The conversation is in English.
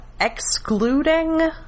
excluding